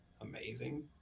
amazing